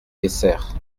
essert